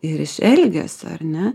ir iš elgesio ar ne